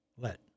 Let